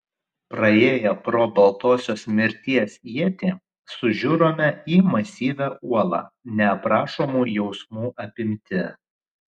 praėję pro baltosios mirties ietį sužiurome į masyvią uolą neaprašomų jausmų apimti